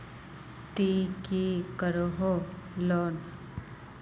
ती की करोहो लोन?